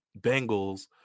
Bengals